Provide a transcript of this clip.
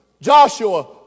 Joshua